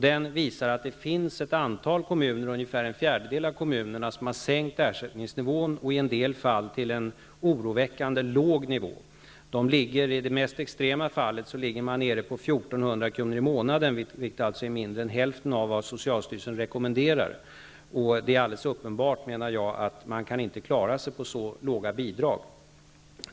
Det visar sig att det finns ett antal kommuner -- ungefär en fjärdedel -- som har sänkt ersättningsnivån, i en del fall till en oroväckande låg nivå. I det mest extrema fallet ligger man nere på 1 400 kr. i månaden, vilket är mindre än hälften av vad socialstyrelsen rekommenderar. Det är alldeles uppenbart att man inte kan klara sig på så låga bidrag.